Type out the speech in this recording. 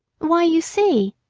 why, you see,